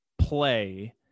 play